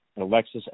Alexis